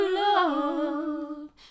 love